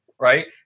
Right